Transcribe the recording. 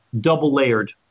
Double-layered